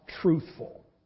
truthful